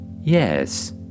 Yes